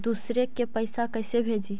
दुसरे के पैसा कैसे भेजी?